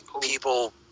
people